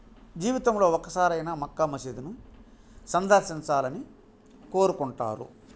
జీవితంలో ఒక్కసారైనా మక్కా మసీదును సందర్శించాలని కోరుకుంటారు